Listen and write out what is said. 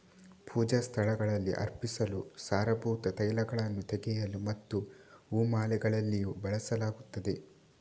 ಪೂಜಾ ಸ್ಥಳಗಳಲ್ಲಿ ಅರ್ಪಿಸಲು, ಸಾರಭೂತ ತೈಲಗಳನ್ನು ತೆಗೆಯಲು ಮತ್ತು ಹೂ ಮಾಲೆಗಳಲ್ಲಿಯೂ ಬಳಸಲಾಗುತ್ತದೆ